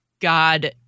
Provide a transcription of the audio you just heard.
God